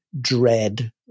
dread